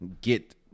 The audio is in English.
get